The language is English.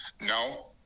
no